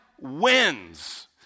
wins